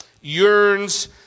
yearns